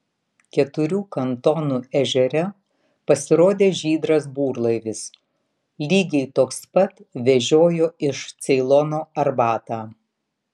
keturių kantonų ežere pasirodė žydras burlaivis lygiai toks pat vežiojo iš ceilono arbatą